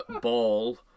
Ball